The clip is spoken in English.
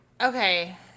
Okay